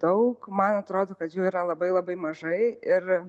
daug man atrodo kad jų yra labai labai mažai ir